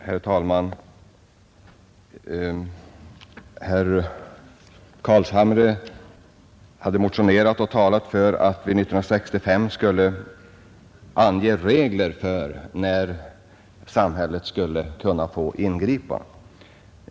Herr talman! Herr Carlshamre hade motionerat och talat för att vi 1965 skulle ange regler för när samhället skulle kunna få ingripa.